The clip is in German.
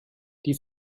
die